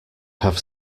have